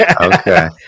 okay